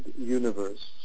universe